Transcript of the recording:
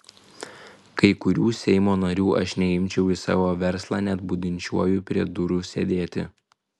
kai kurių seimo narių aš neimčiau į savo verslą net budinčiuoju prie durų sėdėti